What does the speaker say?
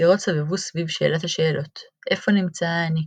היצירות סבבו סביב שאלת השאלות – איפה נמצא האני.